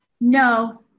No